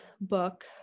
book